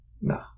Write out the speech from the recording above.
No